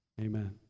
Amen